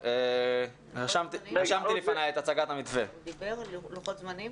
הוא דיבר על לוחות זמנים?